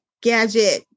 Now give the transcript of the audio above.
gadget